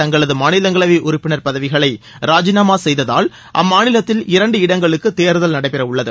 தங்களது மாநிலங்களவை உறுப்பினர் பதவிகளை ராஜினாமா செய்ததால் அம்மாநிலத்தில் இரண்டு இடங்களுக்கு தேர்தல் நடைபெறவுள்ளது